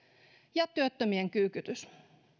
ja työttömien kyykytys